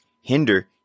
hinder